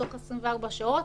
תוך 24 שעות,